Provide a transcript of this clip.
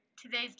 Today's